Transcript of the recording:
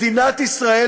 מדינת ישראל,